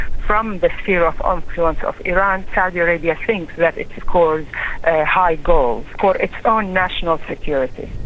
from the sphere of ah influence of iran, saudi arabia thinks that it scores a high goal for its own national security.